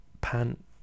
pan